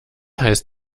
heißt